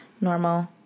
normal